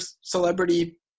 celebrity